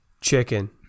chicken